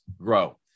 grow